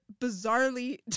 bizarrely